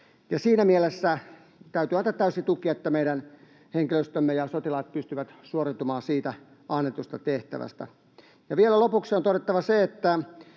Siinä mielessä täytyy antaa täysi tuki, että meidän henkilöstömme ja sotilaat pystyvät suoriutumaan siitä annetusta tehtävästä. Ja vielä lopuksi on todettava se,